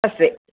अस्ति